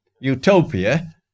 Utopia